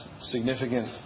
significant